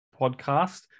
podcast